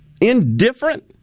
indifferent